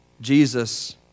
Jesus